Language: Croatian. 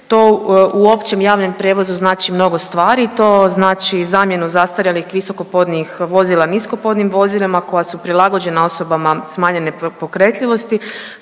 To u općem javnom prijevozu znači mnogo stvari, to znači zamjenu zastarjelih visokopodnih vozila niskopodnim vozilima koja su prilagođena osobama smanjene pokretljivosti,